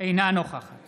אינה נוכחת